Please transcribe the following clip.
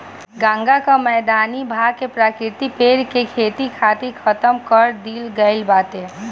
गंगा कअ मैदानी भाग के प्राकृतिक पेड़ के खेती खातिर खतम कर दिहल गईल बाटे